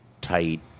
tight